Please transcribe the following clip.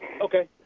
Okay